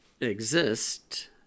exist